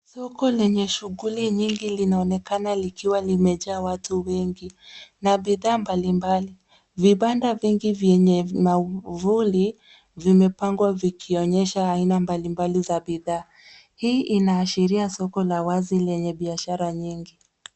Soko lenye shughuli nyingi linaonekana likiwa limejaa watu wengi na bidhaa mbalimbali. Vibanda vingi vyenye mwavuli vimepangwa vikionyesha aina mbalimbali za bidhaa. Hii inaashiria soko la wazi lenye biashara nyingi.